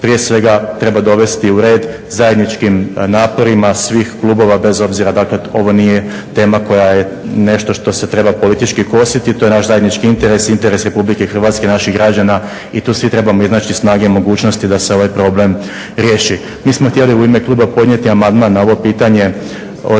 prije svega treba dovesti u red zajedničkim naporima svih klubova bez obzira dakle, ovo nije tema koja je nešto što se treba politički kositi. To je naš zajednički interes, interes Republike Hrvatske, naših građana i tu svi trebamo iznaći snage i mogućnosti da se ovaj problem riješi. Mi smo htjeli u ime kluba podnijeti amandman na ovo pitanje